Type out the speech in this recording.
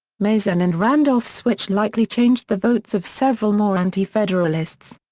mason and randolph's switch likely changed the votes of several more anti-federalists.